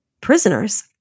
prisoners